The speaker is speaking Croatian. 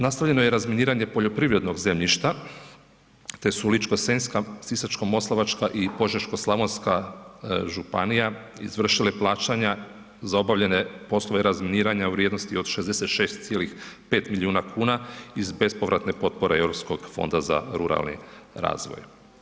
Nastavljeno je razminiranje poljoprivrednog zemljišta te su Ličko-senjska, Sisačko-moslavačka i Požeško-slavonska županija izvršile plaćanja za obavljene poslove razminiranja u vrijednosti od 66,5 milijuna kuna iz bespovratne potpore Europskog fonda za ruralni razvoj.